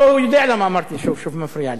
לא, הוא יודע למה אמרתי שוב, שוב מפריע לי.